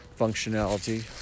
functionality